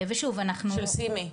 ושוב, אנחנו --- של סימי.